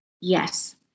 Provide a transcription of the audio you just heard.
Yes